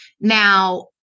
Now